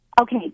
Okay